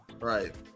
Right